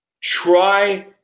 try